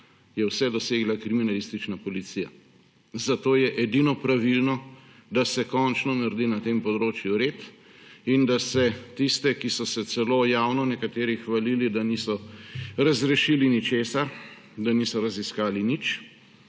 je vse dosegla kriminalistična policija. Zato je edino pravilno, da se končno naredi na tem področju red in da se tiste, ki so se celo nekateri javno hvalili, da niso razrešili ničesar, da niso raziskali nič